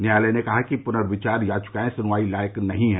न्यायालय ने कहा कि पुनर्विचार याचिकाएं सुनवाई लायक नहीं है